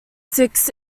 six